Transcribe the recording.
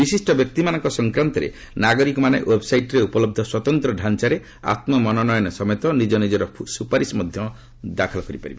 ବିଶିଷ୍ଟ ବ୍ୟକ୍ତିମାନଙ୍କ ସଂକ୍ରାନ୍ତରେ ନାଗରିକମାନେ ଓ୍ନେବ୍ସାଇଟ୍ରେ ଉପଲବ୍ଧ ସ୍ପତନ୍ତ୍ର ଢାଞ୍ଚାରେ ଆତୃ ମନୋନୟନ ସମେତ ନିଜ ନିଜର ସୁପାରିଶ ମଧ୍ୟ ଦାଖଲ କରିପାରିବେ